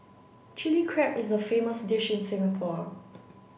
Chilli Crab is a famous dish in Singapore